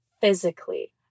physically